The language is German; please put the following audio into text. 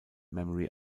memory